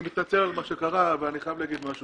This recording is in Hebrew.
אני מתנצל על מה שקרה, ואני חייב לומר משהו.